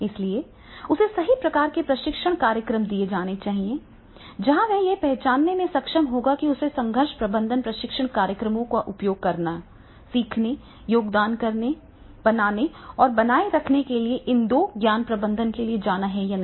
इसलिए उसे सही प्रकार के प्रशिक्षण कार्यक्रम दिए जाने चाहिए जहाँ वह यह पहचानने में सक्षम होगा कि उसे संघर्ष प्रबंधन प्रशिक्षण कार्यक्रमों का उपयोग करने सीखने योगदान करने बनाने और बनाए रखने के लिए इन दो ज्ञान प्रबंधन के लिए जाना है या नहीं